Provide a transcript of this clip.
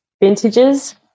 vintages